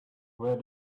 where